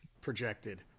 projected